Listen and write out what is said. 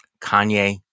Kanye